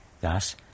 Thus